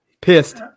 Pissed